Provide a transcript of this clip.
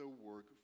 work